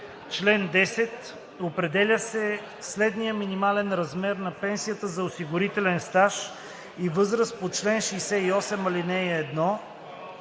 Чл. 10. Определя се следният минимален размер на пенсията за осигурителен стаж и възраст по чл. 68, ал. 1